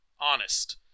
honest